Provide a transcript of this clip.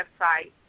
website